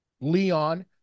Leon